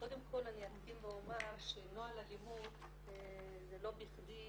קודם כל אני אקדים ואומר שנוהל אלימות זה לא בכדי